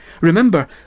Remember